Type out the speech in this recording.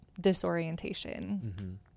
disorientation